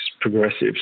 progressives